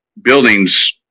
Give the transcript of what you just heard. buildings